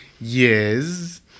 yes